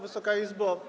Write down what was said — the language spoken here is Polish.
Wysoka Izbo!